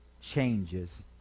changes